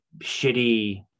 shitty